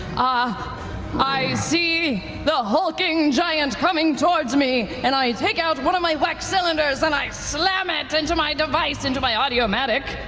ah i see the hulking giant coming towards me and i take out one of my wax cylinders and i slam it into my device, into my audiomatic,